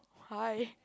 hi